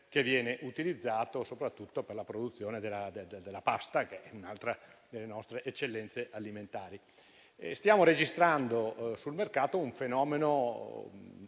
che viene utilizzato soprattutto per la produzione della pasta, che è un'altra delle nostre eccellenze alimentari. Stiamo registrando sul mercato un fenomeno